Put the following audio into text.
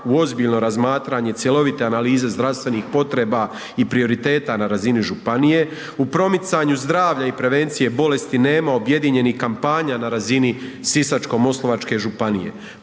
u ozbiljno razmatranje cjelovite analize zdravstvenih potreba i prioriteta na razini županije, u promicanju zdravlja i prevencije bolesti nema objedinjenih kampanja na razini Sisačko-moslavačke županije.